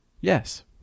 yes